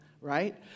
right